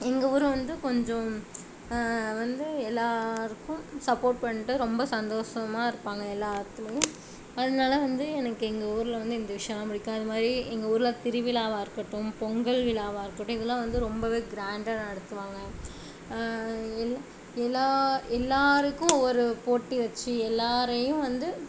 எங்கள் ஊரில் வந்து கொஞ்சம் வந்து எல்லோருக்கும் சப்போர்ட் பண்ணிட்டு ரொம்ப சந்தோஷமா இருப்பாங்க எல்லாத்திலையும் அதனால வந்து எனக்கு எங்கள் ஊரில் வந்து இந்த விஷயோலாம் பிடிக்கும் அது மாதிரி எங்கள் ஊரில் திருவிழாவாக இருக்கட்டும் பொங்கல் விழாவாக இருக்கட்டும் இதெலாம் வந்து ரொம்பவே கிராண்டாக நடத்துவாங்க எல்லா எல்லா எல்லோருக்கும் ஒரு போட்டி வச்சு எல்லோரையும் வந்து